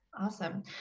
awesome